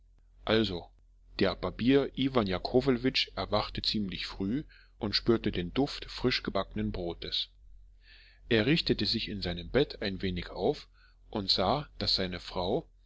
also der barbier iwan jakowlewitsch erwachte ziemlich früh und spürte den duft frischgebackenen brotes er richtete sich in seinem bett ein wenig auf und sah daß seine frau